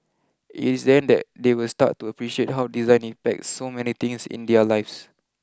it is then that they will start to appreciate how design impacts so many things in their lives